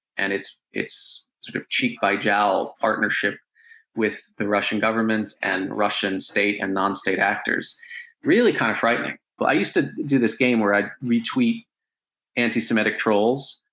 and its its sort of cheek by jowl partnership with the russian government and russian state and non-state actors really kind of frightening. well i used to do this game where i'd retweet anti-semitic trolls,